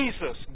Jesus